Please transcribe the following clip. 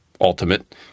ultimate